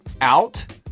Out